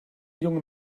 junge